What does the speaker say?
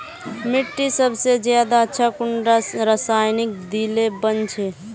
मिट्टी सबसे ज्यादा अच्छा कुंडा रासायनिक दिले बन छै?